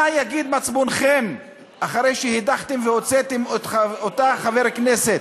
מה יגיד מצפונכם אחרי שהדחתם והוצאתם את אותו חבר כנסת?